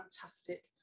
fantastic